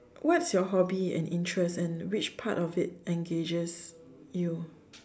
what's your hobby and interest and which part of it engages you